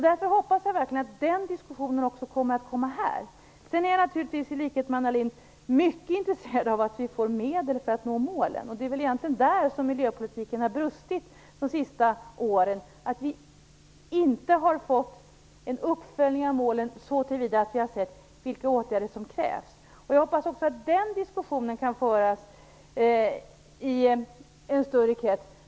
Jag hoppas därför verkligen att den diskussionen också skall komma hit. Jag är naturligtvis i likhet med Anna Lindh också mycket intresserad av att vi får medel för att nå målen, och det är egentligen där som miljöpolitiken har brustit under de senaste åren. Vi har inte fått en uppföljning av målen så till vida att vi har sett till vilka åtgärder som krävs. Jag hoppas att också den diskussionen kan föras i en större krets.